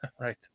Right